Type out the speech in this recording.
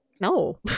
no